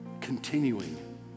continuing